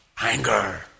Anger